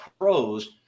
pros